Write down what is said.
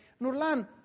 Nurlan